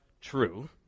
true